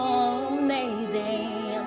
amazing